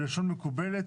בלשון מכובדת,